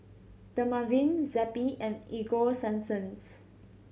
Dermaveen Zappy and Ego sunsense